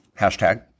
hashtag